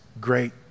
great